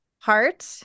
heart